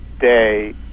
day